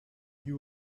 you